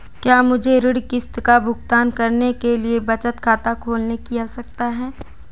क्या मुझे ऋण किश्त का भुगतान करने के लिए बचत खाता खोलने की आवश्यकता है?